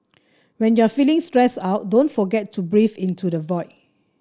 when you are feeling stressed out don't forget to breathe into the void